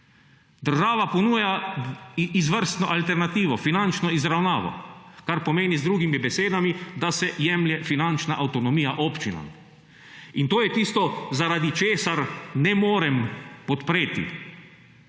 Država ponuja izvrstno alternativo, finančno izravnavo, kar pomeni z drugimi besedami, da se jemlje finančna avtonomija občinam in to je tisto, zaradi česar ne morem podpreti